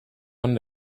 one